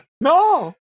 no